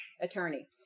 attorney